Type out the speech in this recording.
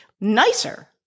nicer